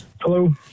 Hello